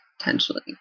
potentially